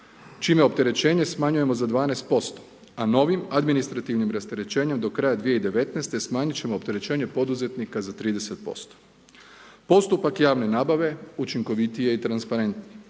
čime opterećenje smanjujemo za 12% a novim administrativnim rasterećenjem do kraja 2019. smanjiti ćemo opterećenja poduzetnika za 30%. Postupak javne nabave učinkovitije i transparentnije.